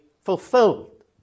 fulfilled